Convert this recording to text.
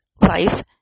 life